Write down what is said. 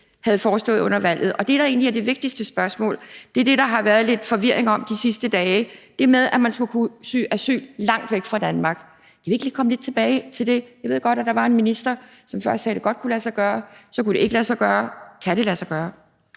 havde foreslået før valget? Og det, der egentlig er det vigtigste spørgsmål, er det, der har været lidt forvirring om i de sidste dage, nemlig det med, at man skulle kunne søge asyl langt væk fra Danmark. Kan vi ikke lige komme lidt tilbage til det? Jeg ved godt, at der var en minister, som først sagde, at det godt kunne lade sig gøre, og så, at det ikke kunne lade sig gøre. Kan det lade sig gøre?